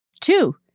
Two